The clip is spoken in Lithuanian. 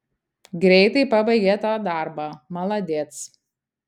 greitai pabaigė tą darbą maladėc